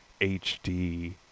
hd